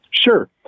Sure